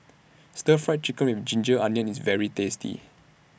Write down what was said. Stir Fry Chicken with Ginger Onions IS very tasty